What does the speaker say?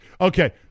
Okay